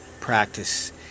practice